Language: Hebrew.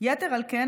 יתר על כן,